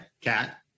Cat